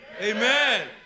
Amen